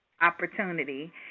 opportunity